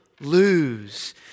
lose